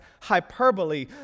hyperbole